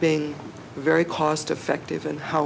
being very cost effective in how